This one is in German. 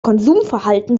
konsumverhalten